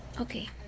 Okay